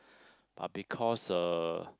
but because uh